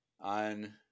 on